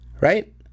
Right